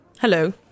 hello